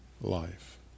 life